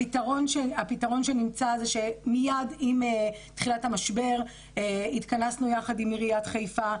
הפתרון שנמצא הוא שמיד עם תחילת המשבר התכנסנו יחד עם עיריית חיפה,